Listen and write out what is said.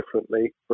differently